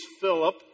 Philip